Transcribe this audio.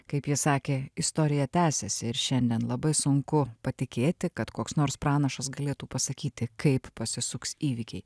kaip ji sakė istorija tęsiasi ir šiandien labai sunku patikėti kad koks nors pranašas galėtų pasakyti kaip pasisuks įvykiai